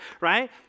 right